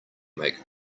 make